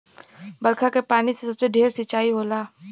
बरखा के पानी से सबसे ढेर सिंचाई होला